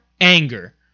anger